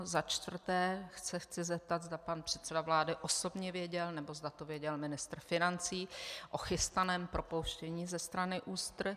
Za čtvrté se chci zeptat, zda pan předseda vlády osobně věděl nebo zda věděl ministr financí o chystaném propouštění ze strany ÚSTR.